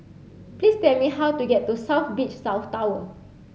please tell me how to get to South Beach South Tower